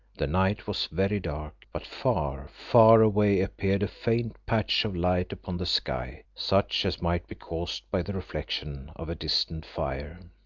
the night was very dark but far, far away appeared a faint patch of light upon the sky, such as might be caused by the reflection of a distant fire.